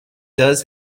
does